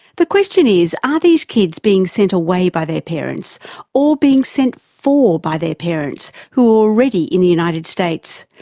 the question is, are these kids being sent away by their parents or being sent for by parents who are already in the united states?